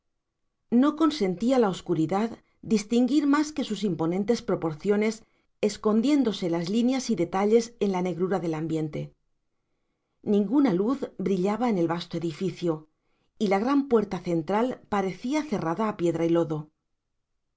no consentía la oscuridad distinguir más que sus imponentes proporciones escondiéndose las líneas y detalles en la negrura del ambiente ninguna luz brillaba en el vasto edificio y la gran puerta central parecía cerrada a piedra y lodo